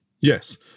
Yes